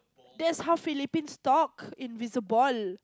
that's how Philippines talk invisible